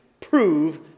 prove